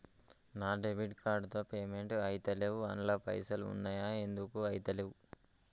నా debit card తో payment ఐతలేవ్ అండ్ల పైసల్ ఉన్నయి ఎందుకు ఐతలేవ్?